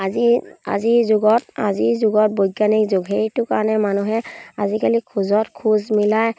আজি আজিৰ যুগত আজিৰ যুগত বৈজ্ঞানিক যুগ সেইটো কাৰণে মানুহে আজিকালি খোজত খোজ মিলাই